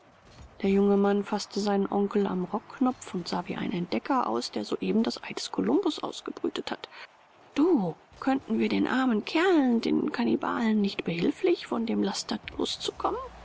der junge mann faßte seinen onkel am rockknopf und sah wie ein entdecker aus der soeben das ei des kolumbus ausgebrütet hat du könnten wir den armen kerlen den kannibalen nicht behilflich von dem laster loszukommen